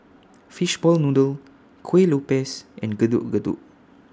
Fishball Noodle Kuih Lopes and Getuk Getuk